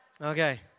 Okay